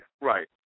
right